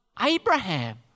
Abraham